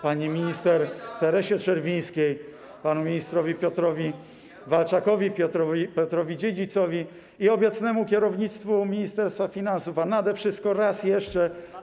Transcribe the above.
pani minister Teresie Czerwińskiej, panom ministrom Piotrowi Walczakowi, Piotrowi Dziedzicowi i obecnemu kierownictwu Ministerstwa Finansów, a nade wszystko raz jeszcze... Banasiowi.